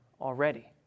already